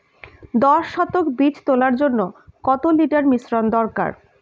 দশ শতক বীজ তলার জন্য কত লিটার মিশ্রন দরকার?